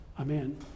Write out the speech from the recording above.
amen